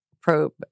probe